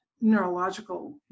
neurological